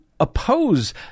Oppose